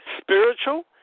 spiritual